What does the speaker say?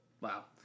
Wow